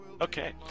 okay